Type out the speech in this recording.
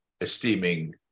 esteeming